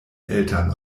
eltern